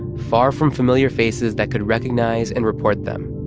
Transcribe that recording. far from familiar faces that could recognize and report them.